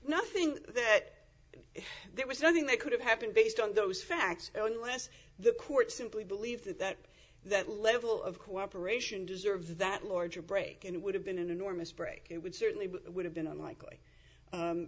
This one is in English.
nothing that there was nothing they could have happened based on those facts unless the court simply believed that that level of cooperation deserves that larger break and it would have been an enormous break it would certainly would have been unlikely